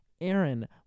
Aaron